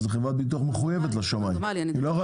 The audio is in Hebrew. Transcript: חברת הביטוח מחויבת לשמאי ולא תוכל